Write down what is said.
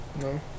No